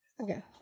Okay